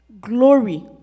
glory